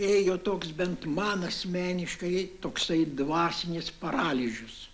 ėjo toks bent man asmeniškai toksai dvasinis paralyžius